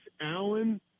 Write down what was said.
Allen